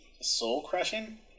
soul-crushing